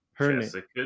Jessica